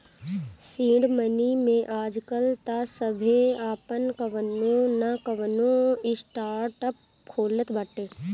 seed money में आजकाल तअ सभे आपन कवनो नअ कवनो स्टार्टअप खोलत बाटे